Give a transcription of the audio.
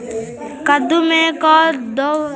कददु मे का देबै की जल्दी फरतै?